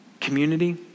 Community